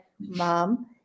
Mom